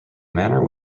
manor